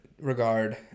regard